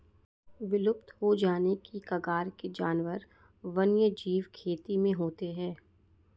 विलुप्त हो जाने की कगार के जानवर वन्यजीव खेती में होते हैं